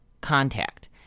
contact